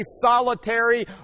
solitary